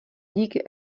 díky